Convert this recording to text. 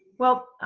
well,